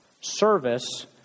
service